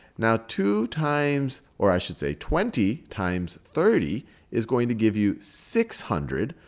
now, two times or i should say twenty times thirty is going to give you six hundred,